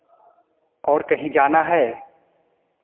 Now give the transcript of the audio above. और कहीं जाना है